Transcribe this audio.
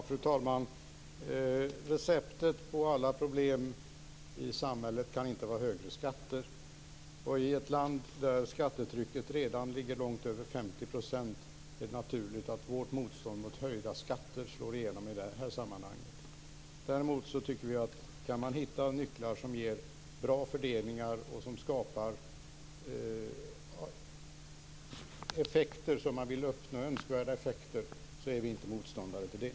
Fru talman! Receptet för alla problem i samhället kan inte vara högre skatter. I ett land där skattetrycket redan ligger långt över 50 % är det naturligt att vårt motstånd mot höjda skatter slår igenom i det här sammanhanget. Kan man däremot hitta nycklar som ger bra fördelning och som skapar önskvärda effekter är vi inte motståndare till det.